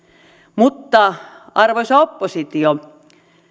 mutta arvoisa oppositio